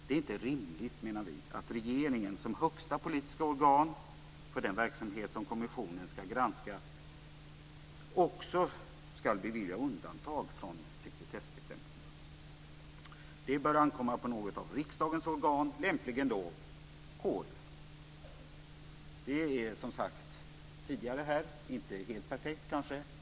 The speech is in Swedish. Det är inte rimligt, menar vi, att regeringen som högsta politiska organ för den verksamhet som kommissionen ska granska också ska bevilja undantag från sekretessbestämmelserna. Det bör ankomma på något av riksdagens organ, lämpligen då KU. Det är som tidigare sagts här kanske inte helt perfekt.